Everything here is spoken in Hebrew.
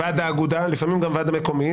ועד האגודה, לפעמים גם ועד מקומי.